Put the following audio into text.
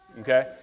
okay